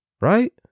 Right